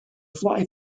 fly